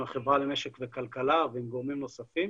החברה למשק וכלכלה ועם גורמים נוספים.